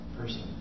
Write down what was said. person